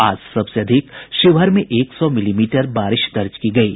आज सबसे अधिक शिवहर में एक सौ मिलीमीटर बारिश दर्ज की गयी